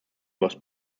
was